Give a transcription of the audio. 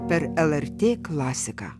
per lrt klasiką